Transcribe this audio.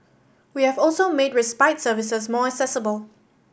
we have also made respite services more accessible